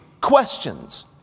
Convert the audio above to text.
questions